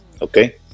Okay